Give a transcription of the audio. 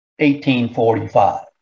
1845